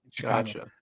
Gotcha